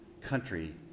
country